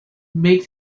make